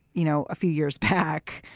you know, a few years back.